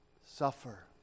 suffer